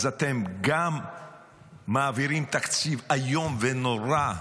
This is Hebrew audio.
אז אתם גם מעבירים תקציב איום ונורא,